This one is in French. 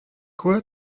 quoi